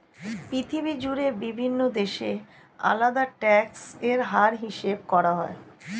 পৃথিবী জুড়ে বিভিন্ন দেশে আলাদা ট্যাক্স এর হার হিসাব করা হয়